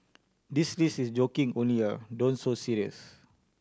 this list is joking only don't so serious